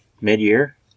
Mid-year